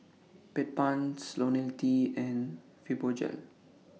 Bedpans Ionil T and Fibogel